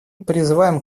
призываем